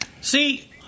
See